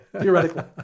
theoretically